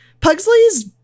Pugsley's